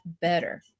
better